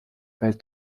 welt